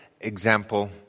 example